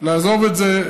לעזוב את זה.